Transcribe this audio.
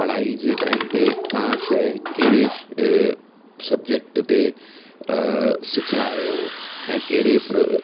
पढ़ाई जे टाईम ते का शइ कहिड़े सब्जेक्ट ते सिखिया आहियो ऐं कहिड़े